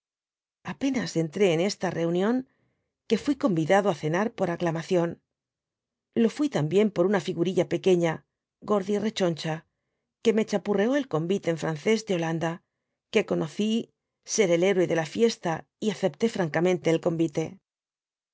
apenas entré en esta reunión que fui convidado á cenar por aclamacbo lo fui también por una figurilla pequeña gordirechoncha que me chapurreo el convite en francés de holanda que conocí ser el héroe de la fiesta y acepté francamente el convite